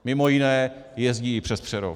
Mimo jiné jezdí i přes Přerov.